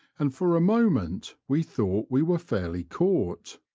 and for a moment we thought we were fairly caught.